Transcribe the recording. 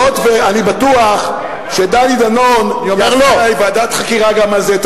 היות שאני בטוח שדני דנון יהיה אחראי לוועדת חקירה גם על זה.